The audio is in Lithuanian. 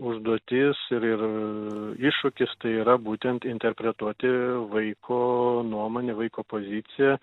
užduotis ir ir a iššūkis tai yra būtent interpretuoti vaiko nuomonę vaiko poziciją